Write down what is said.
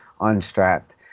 unstrapped